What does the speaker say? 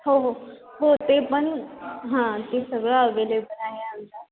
हो हो हो ते पण हां ते सगळं अवेलेबल आहे आमच्यात